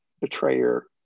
betrayer